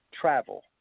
travel